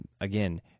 again